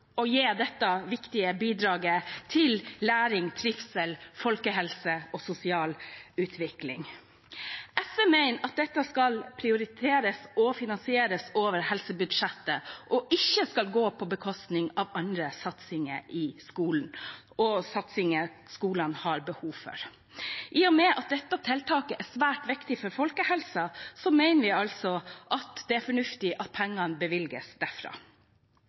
å gi dette viktige bidraget til læring, trivsel, folkehelse og sosial utvikling. SV mener at dette skal prioriteres og finansieres over helsebudsjettet, og at det ikke skal gå på bekostning av andre satsinger i skolen, satsinger skolene har behov for. I og med at dette tiltaket er svært viktig for folkehelsen, mener vi altså at det er fornuftig at pengene bevilges derfra.